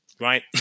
right